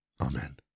Amen